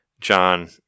John